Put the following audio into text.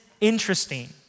interesting